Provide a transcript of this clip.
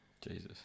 Jesus